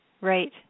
Right